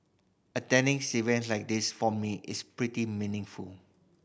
attending like this for me is pretty meaningful